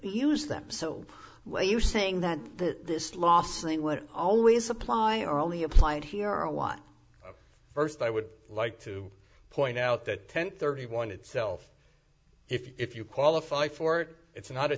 used them so why are you saying that the this last thing would always apply are only applied here our watch first i would like to point out that ten thirty one itself if you qualify for it's not a